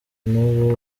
n’ubu